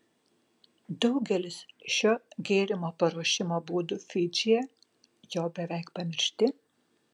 daugelis šio gėrimo paruošimo būdų fidžyje jau beveik pamiršti